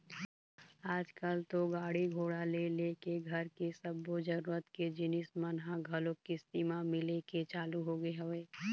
आजकल तो गाड़ी घोड़ा ले लेके घर के सब्बो जरुरत के जिनिस मन ह घलोक किस्ती म मिले के चालू होगे हवय